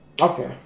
Okay